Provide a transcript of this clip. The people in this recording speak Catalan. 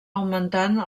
augmentant